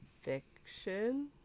Fiction